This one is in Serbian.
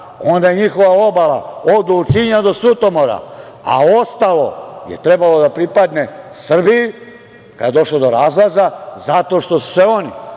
onda je njihova obala od Ulcilja do Sutomora, a ostalo je trebalo da pripadne Srbiji kad je došlo do razlaza, zato što su se oni,